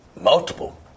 Multiple